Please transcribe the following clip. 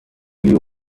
you